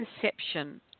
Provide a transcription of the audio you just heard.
perception